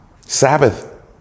Sabbath